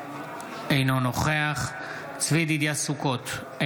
אינו נוכח צבי ידידיה סוכות,